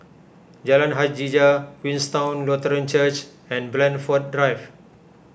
Jalan Hajijah Queenstown Lutheran Church and Blandford Drive